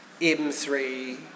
M3